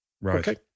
Right